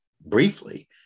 briefly